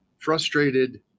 Frustrated